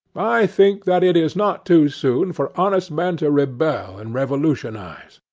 i think that it is not too soon for honest men to rebel and revolutionize.